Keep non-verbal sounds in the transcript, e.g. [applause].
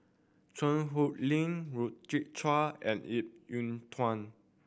Cheang Hong Lim [unintelligible] and Ip Yiu Tung